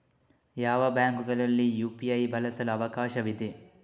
ಯಾವ ಬ್ಯಾಂಕುಗಳಲ್ಲಿ ಯು.ಪಿ.ಐ ಬಳಸಲು ಅವಕಾಶವಿದೆ?